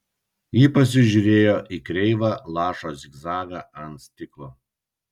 ji pasižiūrėjo į kreivą lašo zigzagą ant stiklo